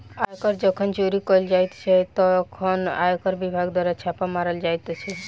आयकर जखन चोरी कयल जाइत छै, तखन आयकर विभाग द्वारा छापा मारल जाइत अछि